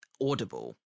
audible